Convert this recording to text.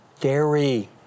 dairy